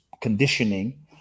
conditioning